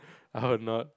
I would not